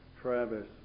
Travis